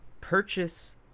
purchase